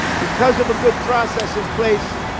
because of a good process in place